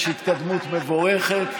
יש התקדמות מבורכת.